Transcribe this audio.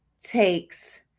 takes